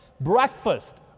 breakfast